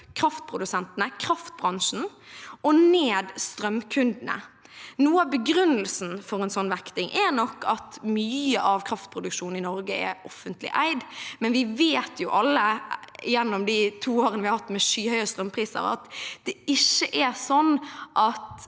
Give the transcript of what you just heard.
kraftprodusentene og kraftbransjen opp, og strømkundene ned. Noe av begrunnelsen for en sånn vekting er nok at mye av kraftproduksjonen i Norge er offentlig eid, men vi vet jo alle – gjennom de to årene vi har hatt med skyhøye strømpriser – at det ikke er sånn at